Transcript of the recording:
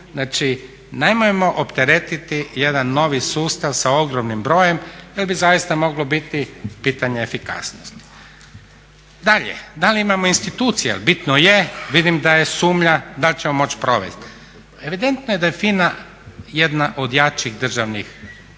Znači, nemojmo opteretiti jedan novi sustav sa ogromnim brojem jer bi zaista moglo biti pitanje efikasnosti. Dalje, da li imamo institucije? Jer bitno je, vidim da je sumnja da li ćemo moći provesti. Pa evidentno je da je FINA jedna od jačih državnih agencija